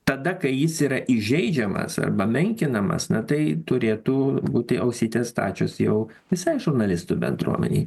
tada kai jis yra įžeidžiamas arba menkinamas na tai turėtų būti ausytės stačios jau visai žurnalistų bendruomenei